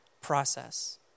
process